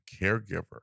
caregiver